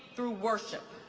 through worship?